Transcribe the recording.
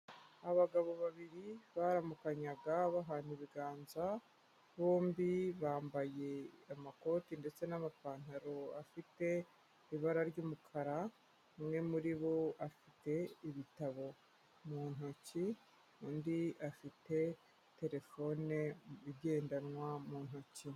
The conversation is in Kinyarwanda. Abagabo babiri baramukanyaga bahana ibiganza, bombi bambaye amakoti ndetse n'amapantaro afite ibara ry'umukara, umwe muri bo afite ibitabo mu ntoki undi afite terefone igendanwa mu ntoki.